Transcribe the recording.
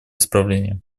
исправления